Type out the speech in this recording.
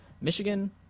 Michigan